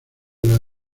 los